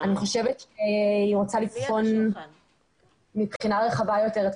אני חושבת שהיא רוצה לבחון מבחינה רחבה יותר את